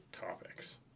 topics